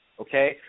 okay